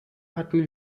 hatten